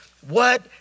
what